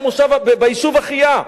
ביישוב אחִיה,